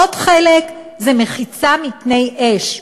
עוד חלק זה מחיצה מפני אש.